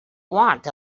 want